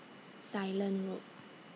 Ceylon Road